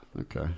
Okay